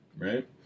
Right